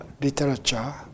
literature